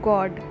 God